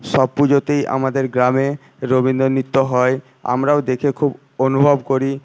সব পুজোতেই আমাদের গ্রামে রবীন্দ্র নৃত্য হয় আমরাও দেখে খুব অনুভব করি